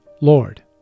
Lord